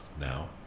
now